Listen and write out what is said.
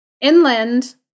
inland